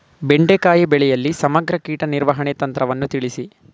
ಬೆಂಡೆಕಾಯಿ ಬೆಳೆಯಲ್ಲಿ ಸಮಗ್ರ ಕೀಟ ನಿರ್ವಹಣೆ ತಂತ್ರವನ್ನು ತಿಳಿಸಿ?